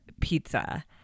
pizza